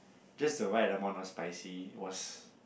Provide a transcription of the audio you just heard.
just the right amount of spicy was